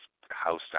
house